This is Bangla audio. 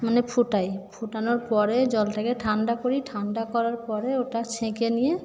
মানে ফুটাই ফুটানোর পরে জলটাকে ঠান্ডা করি ঠান্ডা করার পরে ওটা ছেঁকে নিয়ে